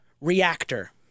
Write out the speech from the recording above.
Reactor